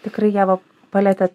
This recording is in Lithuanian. tikrai ieva palietė